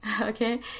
okay